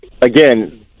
again